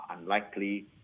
unlikely